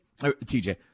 TJ